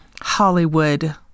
Hollywood